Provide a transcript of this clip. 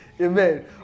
Amen